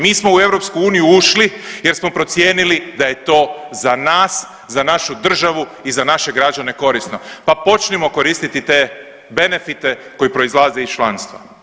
Mi smo u EU ušli jer smo procijenili da je to za nas, za našu državu i za naše građane korisno, pa počnimo koristiti te benefite koji proizlaze iz članstva.